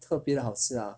特别地好吃 lah